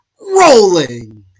rolling